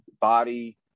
body